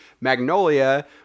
Magnolia